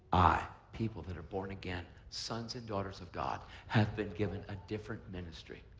i, people that are born again, sons and daughters of god, have been given a different ministry.